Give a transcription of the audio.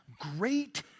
great